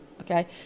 okay